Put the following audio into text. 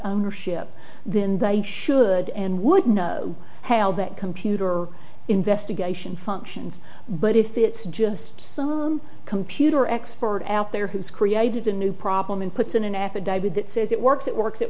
ownership then they should and would know how that computer investigation functions but if it's just some computer expert out there who's created a new problem and put in an affidavit that says it works it works it